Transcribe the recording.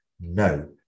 No